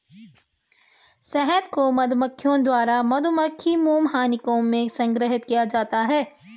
शहद को मधुमक्खियों द्वारा उनके मधुमक्खी मोम हनीकॉम्ब में संग्रहीत किया जाता है